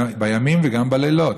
בימים וגם בלילות.